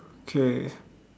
okay